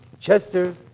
Chester